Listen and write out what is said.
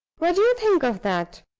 what do you think of that?